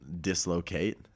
dislocate